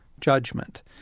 judgment